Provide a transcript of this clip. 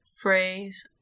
phrase